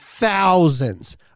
Thousands